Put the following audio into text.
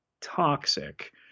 toxic